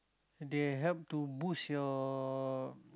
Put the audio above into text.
they help to boost your